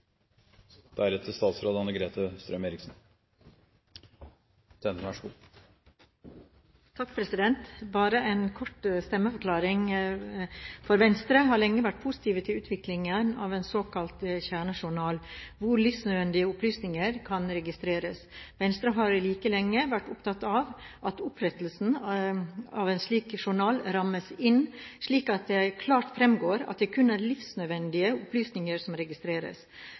Bare en kort stemmeforklaring: Venstre har lenge vært positiv til utviklingen av en såkalt kjernejournal, hvor livsnødvendige opplysninger kan registreres. Venstre har like lenge vært opptatt av at opprettelsen av en slik journal rammes inn, slik at det klart fremgår at det kun er livsnødvendige opplysninger som registreres.